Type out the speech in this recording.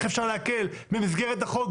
איך אפשר להקל במסגרת החוק,